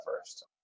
first